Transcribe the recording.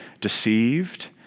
deceived